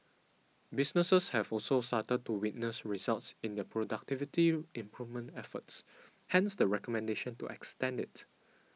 businesses have also started to witness results in their productivity improvement efforts hence the recommendation to extend it